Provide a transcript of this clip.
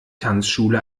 tanzschule